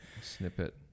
snippet